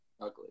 Ugly